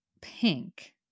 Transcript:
pink